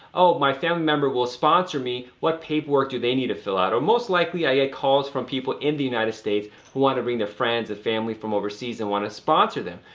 oh my family member will sponsor me. what paperwork do they need to fill out or most likely, i get calls from people in the united states who want to bring their friends and family from overseas and want to sponsor them.